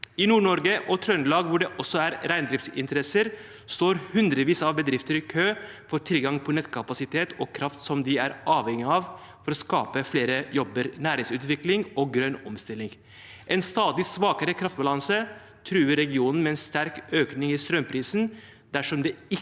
I Nord-Norge og Trøndelag, hvor det også er reindriftsinteresser, står hundrevis av bedrifter i kø for tilgang på nettkapasitet og kraft som de er avhengig av for å skape flere jobber, næringsutvikling og grønn omstilling. En stadig svakere kraftbalanse truer regionen, med en sterk økning i strømprisen dersom det ikke kommer ny